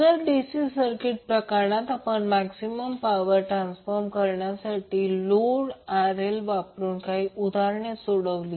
तर DC circuit प्रकरणात आपण मैक्सिमम पावर ट्रान्सफर करण्यासाठी भार RL वापरून काही उदाहरणे सोडवली